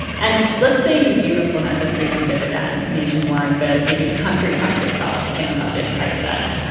and let's say you do implement the freedom dividend nationwide but maybe the country finds itself in a budget crisis,